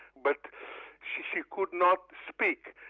but she could not speak,